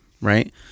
Right